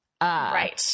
Right